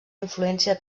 influència